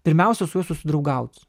pirmiausia su juo susidraugaut